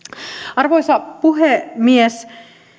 arvoisa puhemies